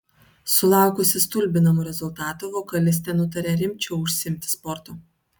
sulaukusi stulbinamų rezultatų vokalistė nutarė rimčiau užsiimti sportu